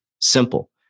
Simple